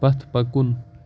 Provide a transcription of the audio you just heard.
پتھ پکُن